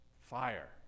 fire